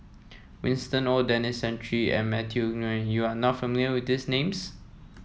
Winston Oh Denis Santry and Matthew Ngui you are not familiar with these names